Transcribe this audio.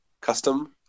Custom